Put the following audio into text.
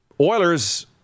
Oilers